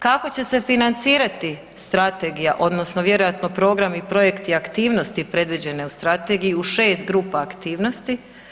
Kako će se financirati strategija odnosno vjerojatno programi, projekti, aktivnosti predviđene u strategiji u 6 grupa aktivnosti?